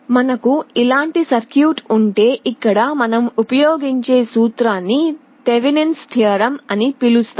మనకు ఇలాంటి సర్క్యూట్ ఉంటే ఇక్కడ మనం ఉపయోగించే సూత్రాన్ని థెవెనిన్ సిద్ధాంతం Thevenin's theorem అని పిలుస్తాము